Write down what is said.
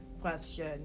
question